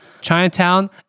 Chinatown